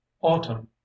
autumn